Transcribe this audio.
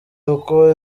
uko